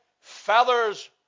feathers